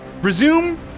resume